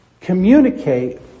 communicate